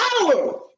power